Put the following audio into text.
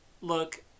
Look